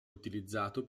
utilizzato